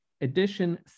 edition